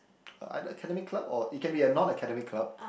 either academic club or it can be a non academic club